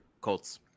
Colts